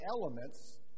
elements